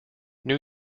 new